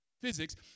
physics